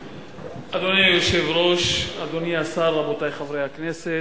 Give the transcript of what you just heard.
אדוני היושב-ראש, אדוני השר, רבותי חברי הכנסת,